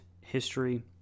history